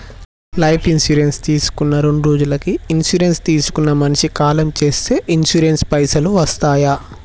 Life insurance తీసుకున్న రెండ్రోజులకి insurance తీసుకున్న మనిషి కాలం చేస్తే ఇన్సూరెన్స్ పైసల్ వస్తయా?